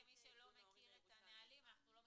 הוא לא צופה בצילומים.